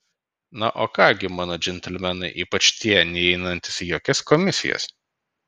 na o ką gi mano džentelmenai ypač tie neįeinantys į jokias komisijas